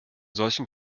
solchen